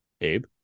Abe